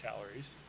calories